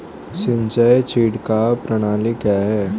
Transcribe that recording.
सिंचाई छिड़काव प्रणाली क्या है?